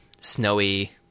snowy